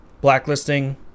blacklisting